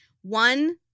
One-